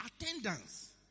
attendance